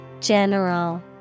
General